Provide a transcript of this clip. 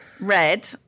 red